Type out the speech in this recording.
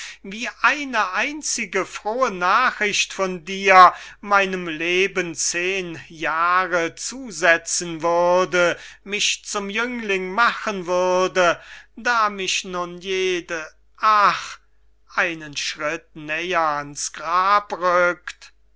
wie eine einzige frohe nachricht von dir meinem leben zehen jahre zusetzen würde mich zum jüngling machen würde da mich nun jede ach einen schritt näher ans grab rückt